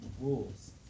rules